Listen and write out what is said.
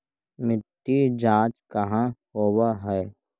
मिट्टी जाँच कहाँ होव है?